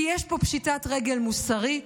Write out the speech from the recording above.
כי יש פה פשיטת רגל מוסרית.